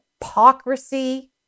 hypocrisy